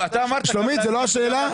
זו לא השאלה?